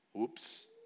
Oops